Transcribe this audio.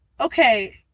okay